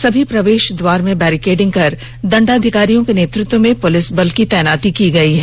सभी प्रवेश द्वार में बैरिकेटिंग कर दंडाधिकारियों के नेतृत्व में पुलिस बलों की तैनाती की गयी है